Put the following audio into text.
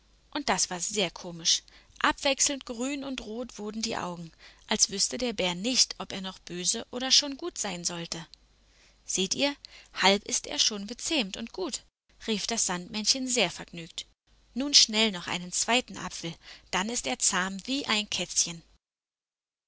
und das war sehr komisch abwechselnd grün und rot wurden die augen als wüßte der bär nicht ob er noch böse oder schon gut sein sollte seht ihr halb ist er schon bezähmt und gut rief das sandmännchen sehr vergnügt nun schnell noch einen zweiten apfel dann ist er zahm wie ein kätzchen